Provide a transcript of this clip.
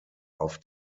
auf